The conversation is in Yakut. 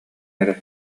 эрэ